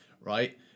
right